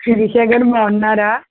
శిరీషా గారు బాగున్నారా